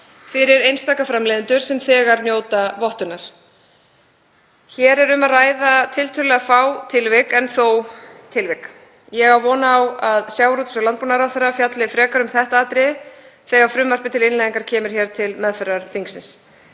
fyrir einstaka framleiðendur sem þegar njóta vottunar. Hér er um að ræða tiltölulega fá tilvik en þó einhver. Ég á von á að sjávarútvegs- og landbúnaðarráðherra fjalli frekar um þetta atriði þegar frumvarp til innleiðingar kemur til meðferðar þingsins.